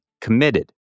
committed